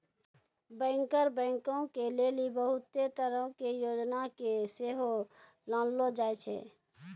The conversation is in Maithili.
बैंकर बैंको के लेली बहुते तरहो के योजना के सेहो लानलो जाय छै